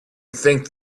think